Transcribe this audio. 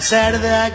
Saturday